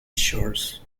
shores